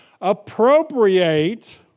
appropriate